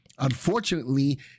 Unfortunately